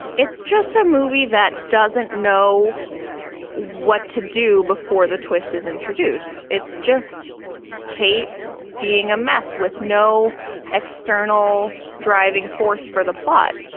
it's just a movie that doesn't know what to do before the twist is introduced. it's just kate being a mess with no external driving force for the plot.